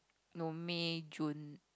no May June